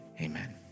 amen